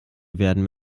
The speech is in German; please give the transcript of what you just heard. werden